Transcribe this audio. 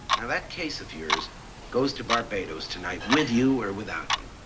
and that case of yours goes to barbados tonight, with you or without you.